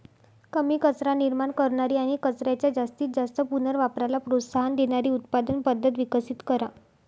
कमी कचरा निर्माण करणारी आणि कचऱ्याच्या जास्तीत जास्त पुनर्वापराला प्रोत्साहन देणारी उत्पादन पद्धत विकसित करा